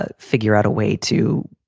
ah figure out a way to